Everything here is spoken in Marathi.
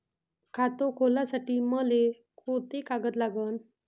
खात खोलासाठी मले कोंते कागद लागन?